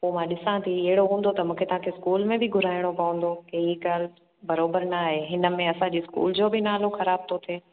पोइ मां ॾिसां थी अहिड़ो हूंदो त मूंखे तव्हांखे स्कूल में बि घुराइणो पवंदो की इहा ॻाल्हि बराबरि न आहे हिनमें असांजो स्कूल जो बि नालो ख़राब थो थिए